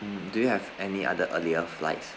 mm do you have any other earlier flights